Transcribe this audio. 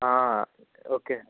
okay